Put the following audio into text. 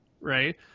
right